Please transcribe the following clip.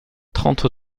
trente